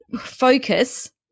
focus